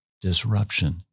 disruption